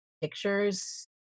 Pictures